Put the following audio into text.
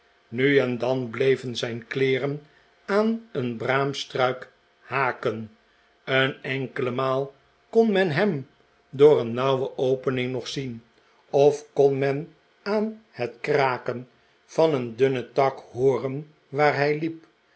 nu en dan bleven zijn kleeren aan een braamstruik haken een enkele maal kon men hem door een nauwe opening nog zien of kon men aan het kraken van een dunnen tak hooren waar hij hep